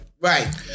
Right